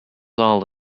all